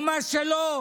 ומה שלא,